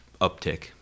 uptick